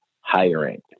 hiring